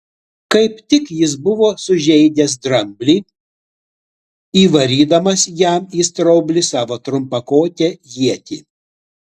kaip tik jis buvo sužeidęs dramblį įvarydamas jam į straublį savo trumpakotę ietį